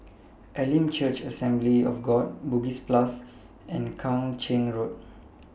Elim Church Assembly of God Bugis Plus and Kang Ching Road